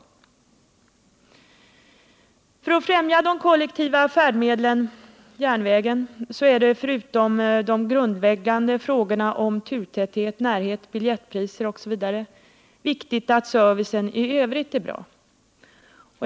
När det gäller att främja de kollektiva färdmedlen är turtäthet, närhet, biljettpriser osv. grundläggande frågor. Det är också viktigt att servicen i övrigt är bra.